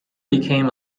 became